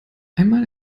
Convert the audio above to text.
einmal